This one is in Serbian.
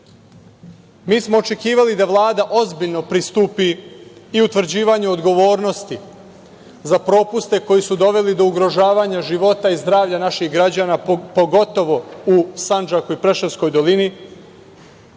smo očekivali da Vlada ozbiljno pristupi i utvrđivanju odgovornosti za propuste koji su doveli do ugrožavanja života i zdravlja naših građana, pogotovo u Sandžaku i Preševskoj dolini